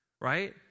Right